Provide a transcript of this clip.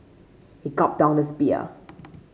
he gulped down his beer